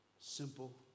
simple